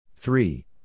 Three